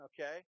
Okay